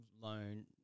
loan